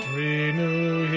renew